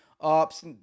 ops